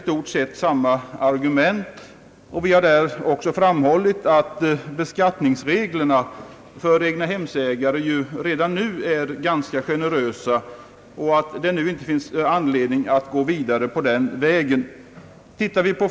Vi har där också framhållit att beskattningsreglerna för egnahemsägare redan nu är ganska generösa och att det inte finns anledning att för närvarande gå vidare på den vägen.